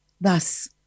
Thus